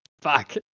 fuck